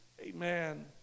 Amen